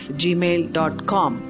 gmail.com